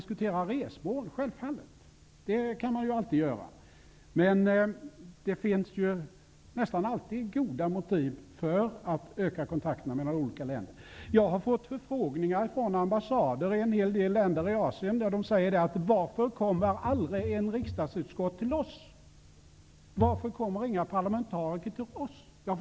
Självfallet kan man alltid diskutera resmål, men motiven för att öka kontakten mellan olika länder är nästan alltid goda. Jag har fått förfrågningar från ambassader i en hel del länder i Asien om varför aldrig ett enda riksdagsutskott och inga parlamentariker kommer just dit.